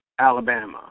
Alabama